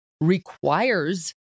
requires